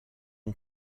ont